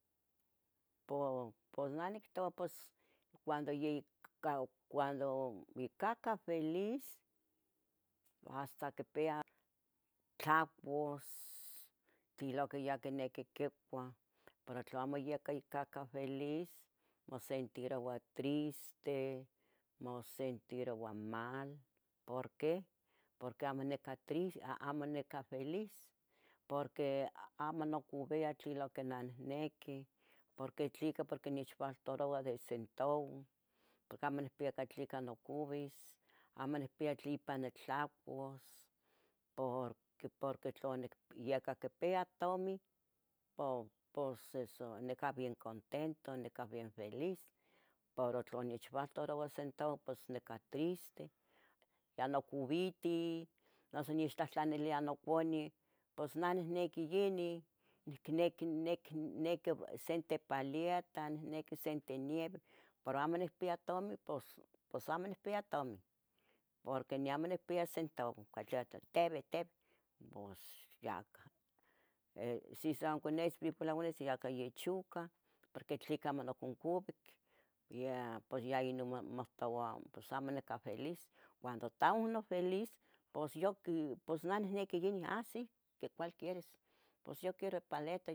po, pos nah nectoua pos cuando ye yi cau. cuando icahca feliz hasta quipia tlapus. tle lo ya quinequi quicuah, pero tlo amo. yeca icahca feliz, mosentiroua triste, mosentiroua mal ¿porque?, porque amo necah triste, amo necah feliz. Porque amo nocuvia tlilo que nah niqui Porque tlica porque nech faltaroua de centovoh porque. amo nipia catlica nocuvis, amo nihpia tlipa nitlocuas, porque, porque tlo nic ya qui quipia, pos, pos nicah. bien contentoh, nicah bien feliz, poro tlo nechfaltarova. centovoh pos nicah triste ya nocuvitih, nuso nixtlahtlanilia nocuneu, pos nah. nihni yinin, nicnequi, nec, neq- nequi. se intepalietah, se intenieveh, puro amo nihpia. tomin, pos, pos amo nihpia tomin, porque neh amo. nihpia centovoh pos ya cah. si san conesin ca yeh chucah. porque tlica omo onuconcuvic, pos ya inun. mahta uan pos amo nica feliz. Cuando ta uno feliz. pos yo, pos nah nihniqui inin, asì ¿ de cual quieres?. pos yo quiero paleta